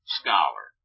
scholar